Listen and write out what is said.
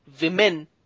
women